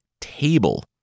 table